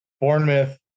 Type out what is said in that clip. Bournemouth